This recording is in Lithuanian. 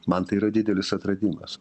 man tai yra didelis atradimas